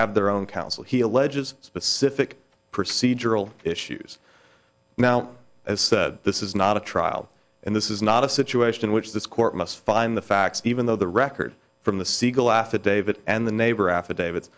have their own counsel he alleges specific procedural issues now as said this is not a trial and this is not a situation in which this court must find the facts even though the record from the siegel affidavit and the neighbor affidavit